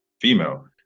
female